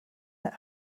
that